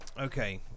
Okay